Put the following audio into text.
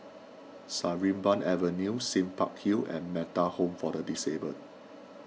Sarimbun Avenue Sime Park Hill and Metta Home for the Disabled